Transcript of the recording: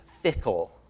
fickle